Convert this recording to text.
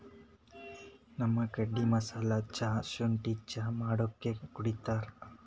ನಮ್ ಕಡಿ ಮಸಾಲಾ ಚಾ, ಶುಂಠಿ ಚಾ ಮಾಡ್ಕೊಂಡ್ ಕುಡಿತಾರ್